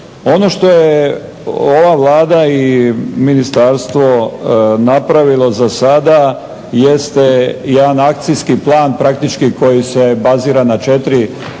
Ono što je ova Vlada i ministarstvo napravilo za sada jeste jedan akcijski plan praktički koji se bazira na 4